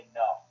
no